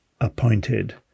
appointed